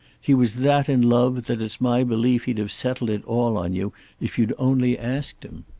he was that in love that it's my belief he'd have settled it all on you if you'd only asked him.